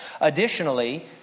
Additionally